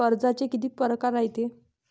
कर्जाचे कितीक परकार रायते?